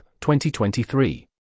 2023